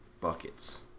Buckets